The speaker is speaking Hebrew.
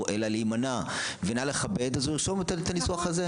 אלא להימנע ונא לכבד אז הוא ירשום את הניסוח הזה.